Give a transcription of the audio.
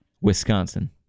Wisconsin